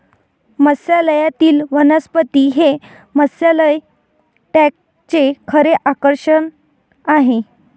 मत्स्यालयातील वनस्पती हे मत्स्यालय टँकचे खरे आकर्षण आहे